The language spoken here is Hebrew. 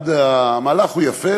המהלך הוא יפה,